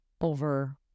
over